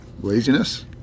Laziness